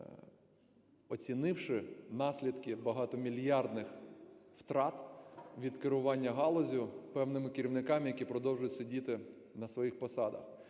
оцінивши наслідки багатомільярдних втрат від керування галуззю певними керівниками, які продовжують сидіти на своїх посадах.